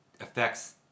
affects